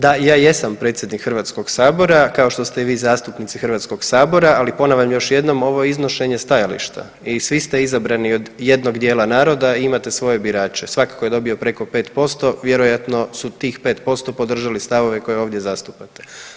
Da ja jesam predsjednik Hrvatskog sabora, kao što ste i vi zastupnici Hrvatskog sabora, ali ponavljam još jednom ovo je iznošenje stajališta i svi ste izabrani od jednog naroda i imate svoje birače, svatko tko je dobio preko 5% vjerojatno su tih 5% podržali stavove koje ovdje zastupate.